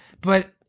but-